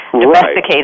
domesticated